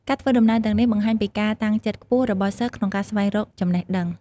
ការធ្វើដំណើរទាំងនេះបង្ហាញពីការតាំងចិត្តខ្ពស់របស់សិស្សក្នុងការស្វែងរកចំណេះដឹង។